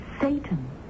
Satan